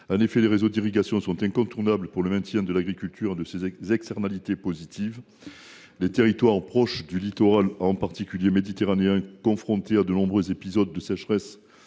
En effet, les réseaux d’irrigation sont incontournables pour le maintien de l’agriculture et de ses externalités positives. Les territoires proches du littoral méditerranéen, par exemple, qui sont confrontés à de nombreux épisodes de sécheresse,